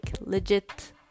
legit